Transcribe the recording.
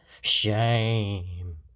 Shame